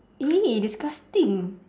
!ee! disgusting